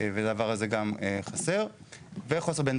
חוסר נוסף הוא חוסר בנתונים,